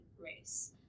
race